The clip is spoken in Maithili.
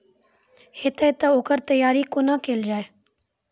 हेतै तअ ओकर तैयारी कुना केल जाय?